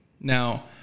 Now